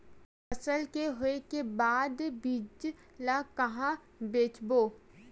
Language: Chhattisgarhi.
फसल के होय के बाद बीज ला कहां बेचबो?